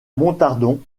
montardon